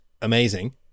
amazing